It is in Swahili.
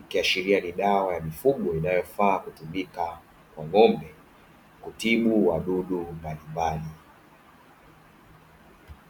Ikiashiria ni dawa ya mifugo inayofaa kutumika kwa ng'ombe kutibu wadudu mbalimbali.